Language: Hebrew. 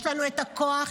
יש לנו את הכוח,